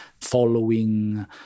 following